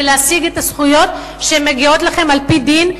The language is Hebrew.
ולהשיג את הזכויות שמגיעות לכם על-פי דין,